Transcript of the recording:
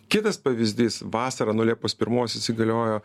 kitas pavyzdys vasarą nuo liepos pirmos įsigaliojo